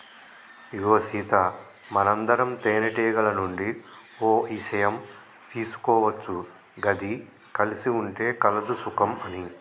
ఇగో సీత మనందరం తేనెటీగల నుండి ఓ ఇషయం తీసుకోవచ్చు గది కలిసి ఉంటే కలదు సుఖం అని